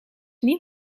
niet